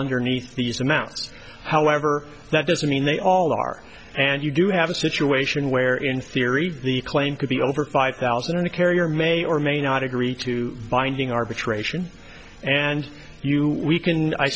underneath these amounts however that doesn't mean they all are and you do have a situation where in theory the claim could be over five thousand and a carrier may or may not agree to binding arbitration and you we can i